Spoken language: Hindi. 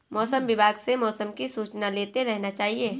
मौसम विभाग से मौसम की सूचना लेते रहना चाहिये?